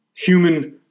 Human